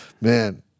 Man